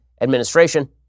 administration